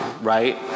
right